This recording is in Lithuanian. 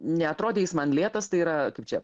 neatrodė jis man lėtas tai yra kaip čia